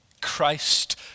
Christ